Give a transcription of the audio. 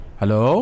hello